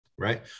right